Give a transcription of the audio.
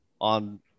on